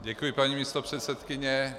Děkuji, paní místopředsedkyně.